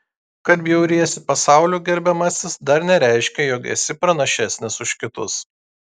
kad bjauriesi pasauliu gerbiamasis dar nereiškia jog esi pranašesnis už kitus